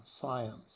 science